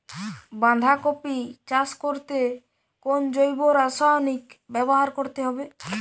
বাঁধাকপি চাষ করতে কোন জৈব রাসায়নিক ব্যবহার করতে হবে?